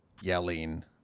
yelling